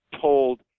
told